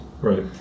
Right